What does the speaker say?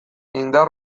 indar